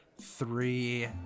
three